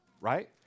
right